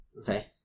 Okay